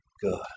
good